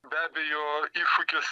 be abejo iššūkis